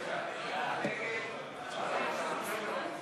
קבוצת סיעת המחנה הציוני,